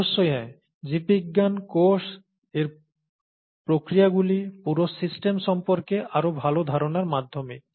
অবশ্যই হ্যাঁ জীববিজ্ঞান কোষ এর প্রক্রিয়াগুলি পুরো সিস্টেম সম্পর্কে আরও ভাল ধারণার মাধ্যমে